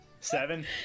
Seven